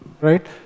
right